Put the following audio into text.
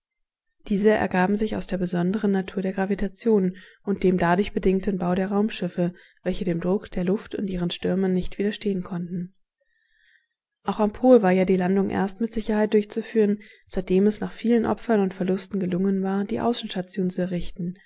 diese ergaben sich aus der besonderen natur der gravitation und dem dadurch bedingten bau der raumschiffe welche dem druck der luft und ihren stürmen nicht widerstehen konnten auch am pol war ja die landung erst mit sicherheit durchzuführen seitdem es nach vielen opfern und verlusten gelungen war die außenstation